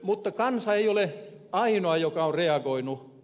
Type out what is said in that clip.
mutta kansa ei ole ainoa joka on reagoinut